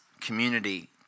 community